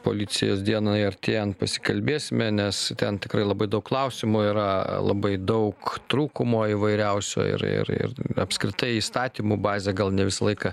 policijos dienai artėjant pasikalbėsime nes ten tikrai labai daug klausimų yra labai daug trūkumų įvairiausių ir ir ir apskritai įstatymų bazė gal ne visą laiką